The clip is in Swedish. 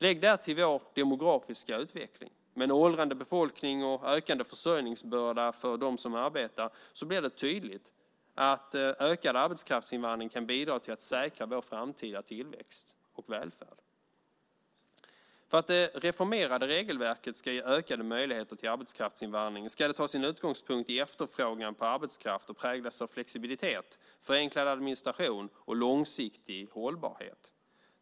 Lägg därtill vår demografiska utveckling, med en åldrande befolkning och ökande försörjningsbörda för dem som arbetar, så blir det tydligt att ökad arbetskraftsinvandring kan bidra till att säkra vår framtida tillväxt och välfärd. För att det reformerade regelverket ska ge ökade möjligheter till arbetskraftsinvandring ska det ta sin utgångspunkt i efterfrågan på arbetskraft och präglas av flexibilitet, förenklad administration och långsiktig hållbarhet.